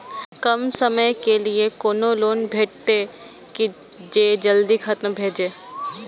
कम समय के लीये कोनो लोन भेटतै की जे जल्दी खत्म भे जे?